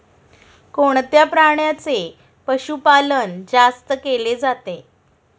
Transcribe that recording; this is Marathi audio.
कोणत्या प्राण्याचे पशुपालन जास्त केले जाते?